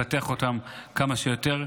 לפתח אותם כמה שיותר.